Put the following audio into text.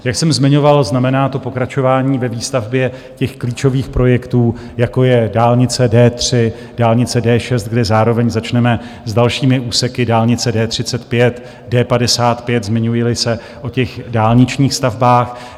Jak jsem zmiňoval, znamená to pokračování ve výstavbě klíčových projektů, jako je dálnice D3, dálnice D6, kde zároveň začneme s dalšími úseky, dálnice D35, D55, zmiňujili se o těch dálničních stavbách.